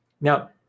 Now